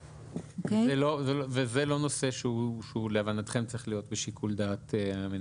וזה לא נושא שלהבנתכם צריך להיות בשיקול דעת המנהל.